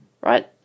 right